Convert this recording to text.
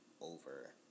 over